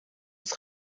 het